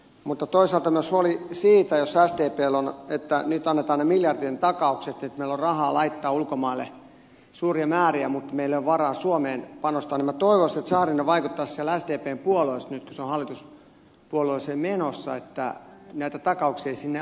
mutta toisaalta jos sdpllä on myös huoli siitä että nyt annetaan ne miljardien takaukset että meillä on rahaa laittaa ulkomaille suuria määriä mutta meillä ei ole varaa suomeen panostaa niin minä toivoisin että saarinen vaikuttaisi siellä sdp puolueessa nyt kun se on hallituspuolueeksi menossa että näitä takauksia ei sinne annettaisi